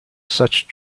such